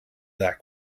that